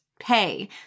pay